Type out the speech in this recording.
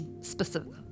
specific